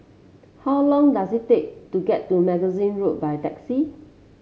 how long does it take to get to Magazine Road by taxi